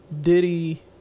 Diddy